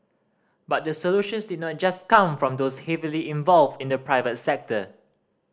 but the solutions did not just come from those heavily involved in the private sector